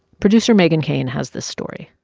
producer meghan keane has this story